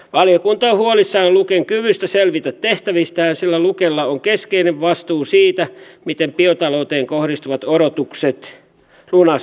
valiokunta on huolissaan luken kyvystä selvitä tehtävistään sillä lukella on keskeinen vastuu siitä miten biotalouteen kohdistuvat odotukset lunastetaan